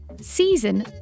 Season